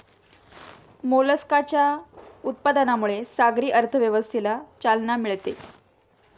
मोलस्काच्या उत्पादनामुळे सागरी अर्थव्यवस्थेला चालना मिळते